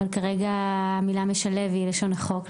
אבל כרגע המילה "משלב" היא לשון החוק,